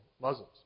Muslims